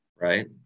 right